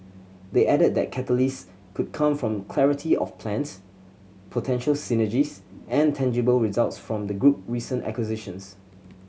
they added that catalyst could come from clarity of plans potential synergies and tangible results from the group recent acquisitions